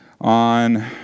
on